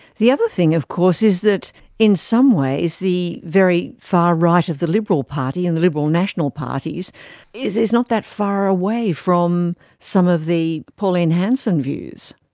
the other thing of course is that in some ways the very far right of the liberal party and the liberal national parties is is not that far away from some of the pauline hanson views.